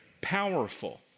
powerful